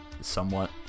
somewhat